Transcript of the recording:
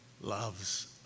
loves